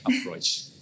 approach